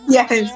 Yes